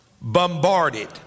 bombarded